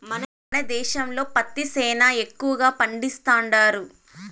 మన దేశంలో పత్తి సేనా ఎక్కువగా పండిస్తండారు